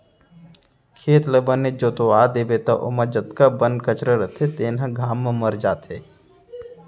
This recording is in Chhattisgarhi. खेत ल बने जोतवा देबे त ओमा जतका बन कचरा रथे तेन ह घाम म मर जाथे